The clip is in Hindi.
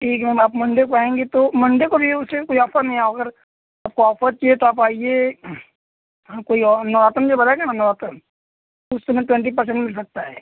ठीक है मैम आप मंडे को आएंगी तो मंडे को भी वैसे कोई ऑफर नहीं होगा अगर आपको ऑफर चाहिए तो आप आइए हाँ कोई और नवरातन के बाद आएगा ना नवरातन उस समय ट्वेंटी परसेंट मिल सकता है